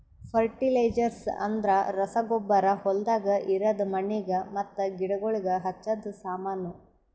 fertilisers ಅಂದ್ರ ರಸಗೊಬ್ಬರ ಹೊಲ್ದಾಗ ಇರದ್ ಮಣ್ಣಿಗ್ ಮತ್ತ ಗಿಡಗೋಳಿಗ್ ಹಚ್ಚದ ಸಾಮಾನು